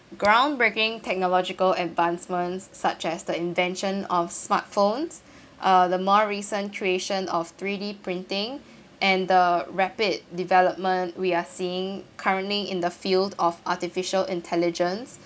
groundbreaking technological advancements such as the invention of smartphones uh the more recent creation of three D printing and the rapid development we are seeing currently in the field of artificial intelligence